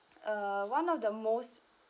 uh one of the most